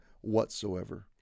whatsoever